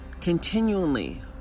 continually